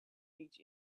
each